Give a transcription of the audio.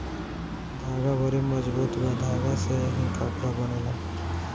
धागा बड़ी मजबूत बा धागा से ही कपड़ा बनेला